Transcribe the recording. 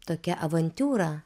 tokia avantiūra